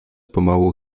pomału